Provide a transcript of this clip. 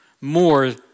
more